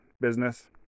business